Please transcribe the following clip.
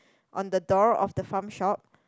on the door of the Farm Shop